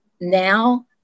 Now